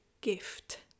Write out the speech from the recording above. gift